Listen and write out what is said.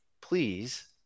please